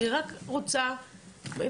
אני רק רוצה לקבל את הנוהל,